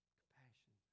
compassion